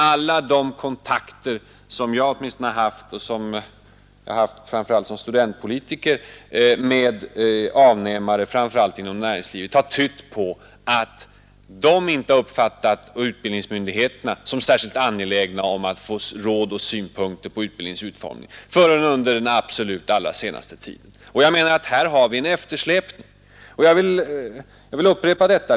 Alla de kontakter som jag främst som studentpolitiker har haft med avnämare framför allt inom näringslivet har tytt på att de inte uppfattat utbildningsmyndigheterna som särskilt angelägna att få råd om och synpunkter på utbildningens utformning förrän under den absolut allra senaste tiden. Här har vi en eftersläpning. Jag vill upprepa detta.